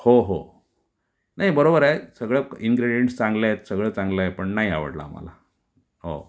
हो हो नाही बरोबर आहे सगळं इंग्रेडिएंट्स चांगलेत सगळं चांगलं आहे पण नाही आवडलं आम्हाला हो